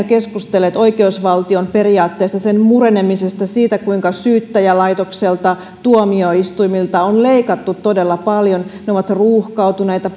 keskustelleet oikeusvaltion periaatteesta sen murenemisesta siitä kuinka syyttäjälaitokselta tuomioistuimilta on leikattu todella paljon ne ovat ruuhkautuneita